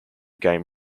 gain